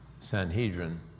Sanhedrin